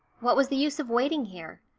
what was the use of waiting here?